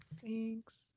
thanks